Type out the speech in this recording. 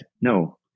no